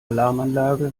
alarmanlage